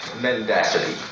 Mendacity